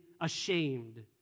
ashamed